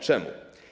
Czemu?